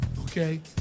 okay